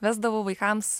vesdavau vaikams